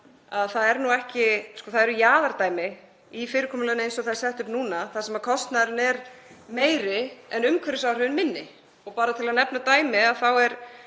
bara í ljós er að það eru jaðardæmi í fyrirkomulaginu eins og það er sett upp núna þar sem kostnaðurinn er meiri en umhverfisáhrifin minni. Bara til að nefna dæmi þá er